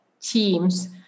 teams